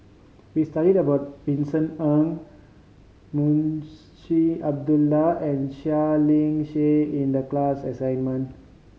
we studied about Vincent Ng Moon Abdullah and Seah Liang Seah in the class assignment